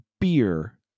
beer